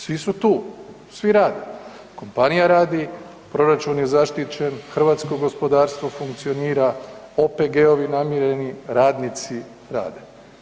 Svi su tu, svi rade, kompanija radi, proračun je zaštićen, hrvatsko gospodarstvo funkcionira, OPG-ovi namireni, radnici rade.